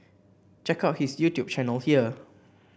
check out his YouTube channel here